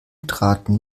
traten